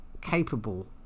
capable